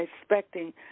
expecting